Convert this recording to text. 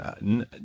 No